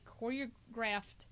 choreographed